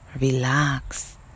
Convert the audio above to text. relax